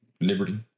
Liberty